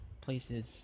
places